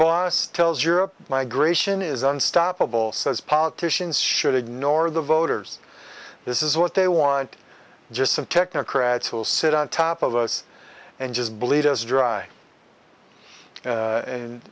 boss tells europe migration is unstoppable says politicians should ignore the voters this is what they want just some technocrats who will sit on top of us and just bleed us dry